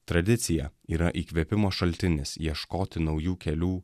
tradicija yra įkvėpimo šaltinis ieškoti naujų kelių